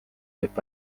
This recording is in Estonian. võib